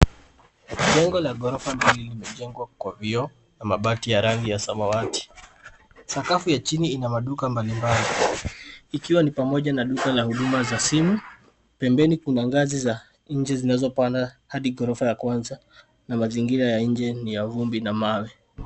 Jengo la ghorofa mbili limejengwa kwa vioo na mabati ya rangi ya samawati. Sakafu ya chini ina maduka mbalimbali ikiwa ni pamoja na duka la huduma za simu. Pembeni kuna ngazi za nje zinazopanda hadi gorofa ya kwanza na mazingira ya nje ni ya vumbi na mawe